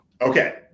okay